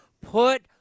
put